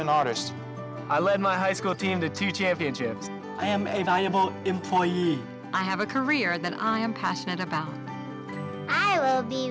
an artist i lead my high school team to two championships i am a valuable employee i have a career that i am passionate about